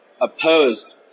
opposed